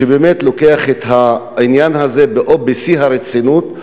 שבאמת לוקח את העניין הזה בשיא הרצינות,